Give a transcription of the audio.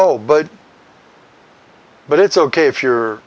oh but but it's ok if you're